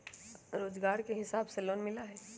रोजगार के हिसाब से लोन मिलहई?